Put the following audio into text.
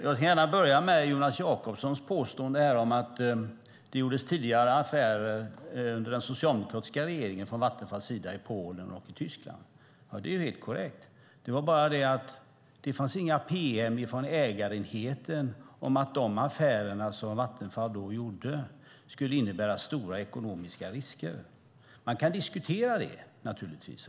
Jag ska gärna börja med Jonas Jacobsson Gjörtlers påstående om att det tidigare under en socialdemokratisk regering gjordes affärer från Vattenfalls sida i Polen och Tyskland. Det är helt korrekt. Det är bara det att det då inte fanns några pm från ägarenheten om att de affärer som Vattenfall gjorde då skulle innebära stora ekonomiska risker. Man kan naturligtvis diskutera det.